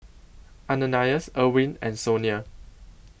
Ananias Irwin and Sonia